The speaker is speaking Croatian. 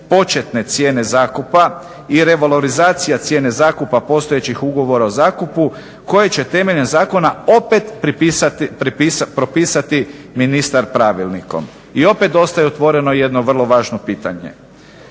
početne cijene zakupa i revalorizacija cijene zakupa postojećih ugovora o zakupu koje će temeljem zakona opet propisati ministar pravilnikom i opet ostaje otvoreno jedno vrlo važno pitanje.